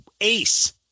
Ace